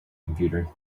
computer